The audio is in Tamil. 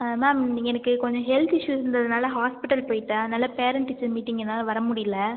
மேம் இன்னைக்கி எனக்கு கொஞ்சம் ஹெல்த் இஸ்யூ இருந்ததினால ஹாஸ்பிட்டல் போய்ட்டேன் அதனால் பேரண்ட் டீச்சர் மீட்டிங் என்னால் வர முடியலை